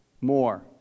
more